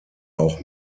auch